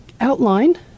outline